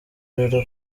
rero